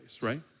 right